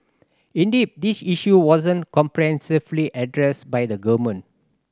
indeed this issue wasn't comprehensively addressed by the government